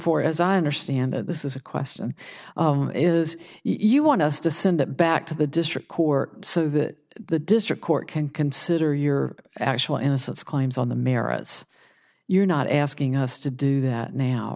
for as i understand it this is a question is you want us to send it back to the district court so that the district court can consider your actual innocence claims on the merits you're not asking us to do that now